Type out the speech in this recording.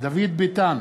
דוד ביטן,